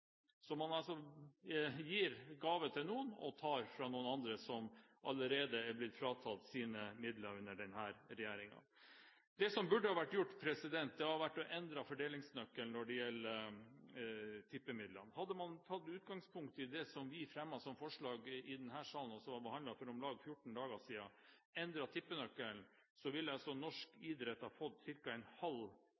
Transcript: Man gir gaver til noen og tar fra andre som allerede er blitt fratatt sine midler under denne regjeringen. Det som burde vært gjort, var å endre fordelingsnøkkelen når det gjelder tippemidlene. Hadde man tatt utgangspunkt i det forslaget vi fremmet i denne salen, og som ble behandlet for om lag 14 dager siden, og endret tippenøkkelen,